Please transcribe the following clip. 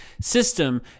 system